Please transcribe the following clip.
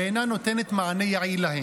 ואינה נותנת להן מענה יעיל.